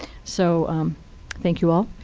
so thank you all.